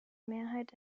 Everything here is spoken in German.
mehrheit